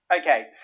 Okay